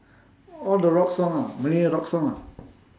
all the rock song ah malay rock song ah